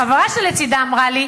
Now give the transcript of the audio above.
והחברה שלצדה אמרה לי: